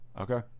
Okay